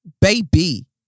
Baby